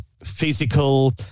physical